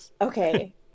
Okay